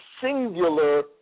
singular